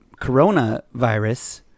coronavirus